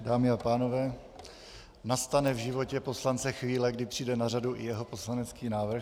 Dámy a pánové, nastane v životě poslance chvíle, kdy přijde na řadu i jeho poslanecký návrh.